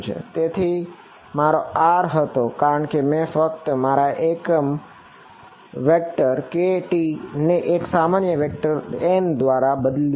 તેથી તે મારો હતો કારણ કે મેં ફક્ત મારા એકમ વેક્ટર kt ને એકમ સામાન્ય વેક્ટર n દ્વારા બદલ્યું છે